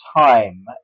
time